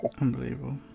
Unbelievable